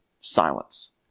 Silence